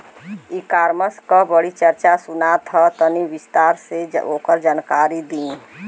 ई कॉमर्स क बड़ी चर्चा सुनात ह तनि विस्तार से ओकर जानकारी दी?